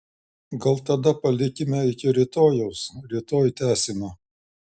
gal tada palikime iki rytojaus rytoj tęsime